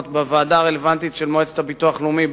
בוועדה הרלוונטית של מועצת הביטוח הלאומי,